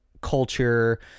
culture